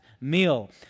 meal